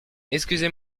excusez